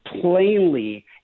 plainly